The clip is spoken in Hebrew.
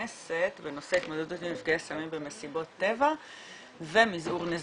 שלהכנסת בנושא התמודדות עם נפגעי סמים במסיבות טבע ומזעור נזקים.